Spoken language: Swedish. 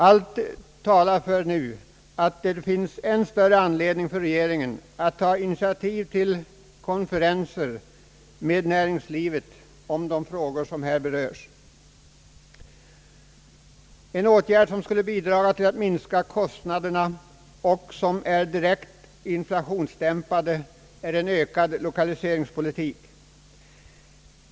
Allt talar nu för att det finns än större anledning för regeringen att ta initiativ till konferenser med näringslivet om de frågor, som här berörs. En åtgärd som skulle bidra till att minska kostnaderna och som är direkt inflationsdämpande är en ökad lokaliseringspolitik.